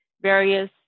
various